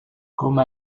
comme